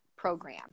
program